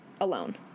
alone